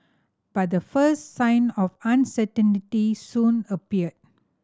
but the first sign of uncertainty soon appeared